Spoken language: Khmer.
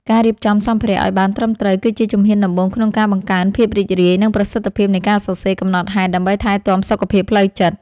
ការរៀបចំសម្ភារៈឱ្យបានត្រឹមត្រូវ គឺជាជំហានដំបូងក្នុងការបង្កើនភាពរីករាយ និងប្រសិទ្ធភាពនៃការសរសេរកំណត់ហេតុដើម្បីថែទាំសុខភាពផ្លូវចិត្ត។